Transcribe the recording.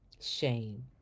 shame